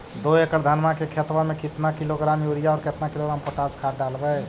दो एकड़ धनमा के खेतबा में केतना किलोग्राम युरिया और केतना किलोग्राम पोटास खाद डलबई?